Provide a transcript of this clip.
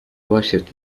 worshiped